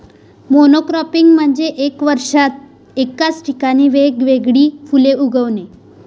monocropping म्हणजे एका वर्षात एकाच ठिकाणी वेगवेगळी फुले उगवणे